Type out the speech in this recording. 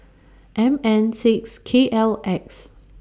M N six K L X